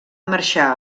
marxar